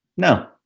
No